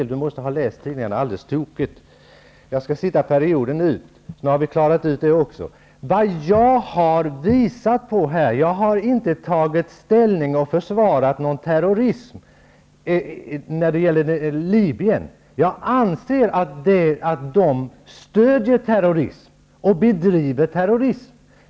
Nic Grönvall måste ha läst tidningen alldeles tokigt. Jag skall sitta perioden ut. Nu har vi klarat ut det också. Jag har inte tagit ställning och försvarat någon terrorism. Vad jag har visat på här när det gäller Libyen, är att jag anser att man stöder terrorism och bedriver terrorism.